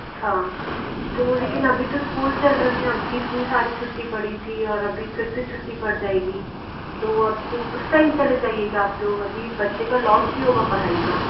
अच्छा तो लेकिन अभी तो स्कूल चल रहे हैं अभी इतनी सारी छुट्टी पड़ी थी और अभी फिर से छुट्टी पड़ जाएगी तो आपको उस टाइम चले चाइएगा आप लोग अभी बच्चे का लौस भी होगा पढ़ाई का